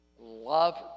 Love